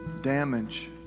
damage